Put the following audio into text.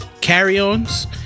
Carry-ons